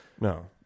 No